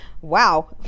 wow